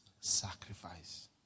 sacrifice